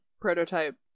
prototype